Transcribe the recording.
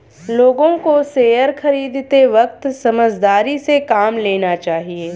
लोगों को शेयर खरीदते वक्त समझदारी से काम लेना चाहिए